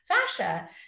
fascia